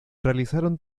realizaron